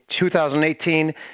2018